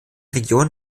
region